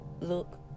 look